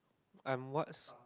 I'm what